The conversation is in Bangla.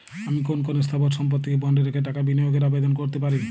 আমি কোন কোন স্থাবর সম্পত্তিকে বন্ডে রেখে টাকা বিনিয়োগের আবেদন করতে পারি?